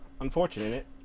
Unfortunate